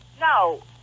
no